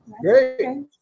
Great